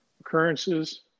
occurrences